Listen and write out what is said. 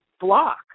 block